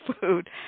food